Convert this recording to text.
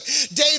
David